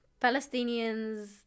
palestinians